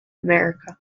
america